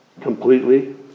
completely